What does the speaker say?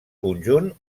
conjunt